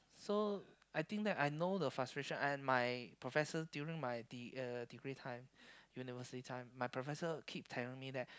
so I think that I know the frustration and my professor during my de~ uh degree time university time my professor keep telling me that